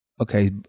Okay